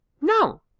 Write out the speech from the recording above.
no